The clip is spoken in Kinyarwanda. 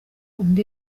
undi